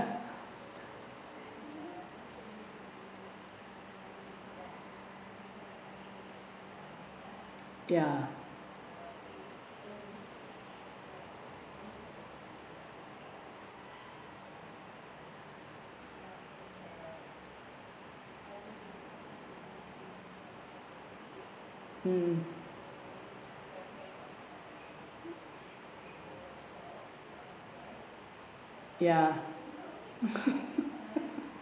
yeah mm yeah